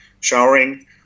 showering